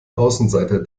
außenseiter